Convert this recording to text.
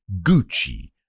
Gucci